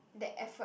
that effort